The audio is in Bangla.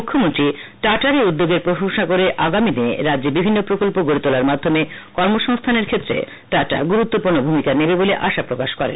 মুখ্যমন্ত্রী টাটার এই উদ্যোগের প্রশংসা করে আগামীদিনে রাজ্যে বিভিন্ন প্রকল্প গড়ে তোলার মাধ্যমে কর্মসংস্থানের ক্ষেত্রে গুরুত্বপূর্ণ ভূমিকা নেবে বলে আশাপ্রকাশ করেন